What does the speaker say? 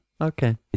Okay